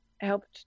helped